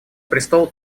престол